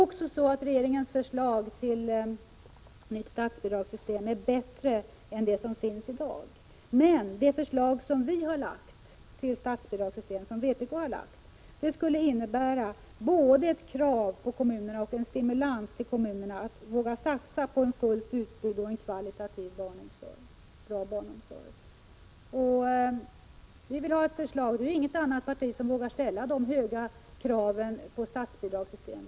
Dessutom är regeringens förslag till nytt statsbidrag bättre än det system som finns i dag — men det förslag till statsbidragssystem som vpk har lagt fram skulle innebära både krav på kommunerna och stimulans till kommunerna att våga satsa på en fullt utbyggd och kvalitativt bra barnomsorg. Inget annat parti vågar ställa de höga krav på statsbidragssystem som vi ställer.